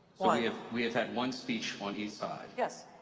one. yeah we've had one speech on each side. yes.